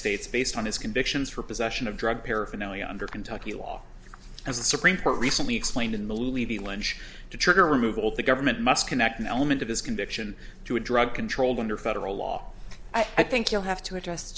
states based on his convictions for possession of drug paraphernalia under kentucky law as the supreme court recently explained in the levy lynch to trigger removal the government must connect an element of his conviction to a drug control under federal law i think you'll have to ad